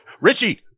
Richie